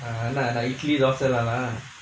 ah என்னா என்னா:ennaa ennaa idly thosai எல்லாமே:ellaamae